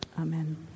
Amen